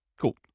Cool